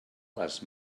les